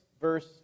verse